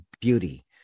beauty